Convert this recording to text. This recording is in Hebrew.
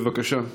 בבקשה.